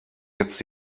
jetzt